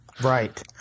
Right